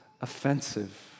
offensive